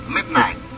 Midnight